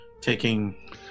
taking